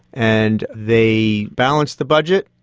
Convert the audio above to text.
and they balanced the budget,